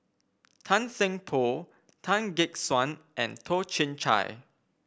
Tan Seng Poh Tan Gek Suan and Toh Chin Chye